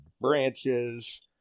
branches